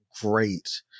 great